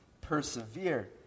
persevere